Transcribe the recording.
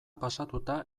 pasatuta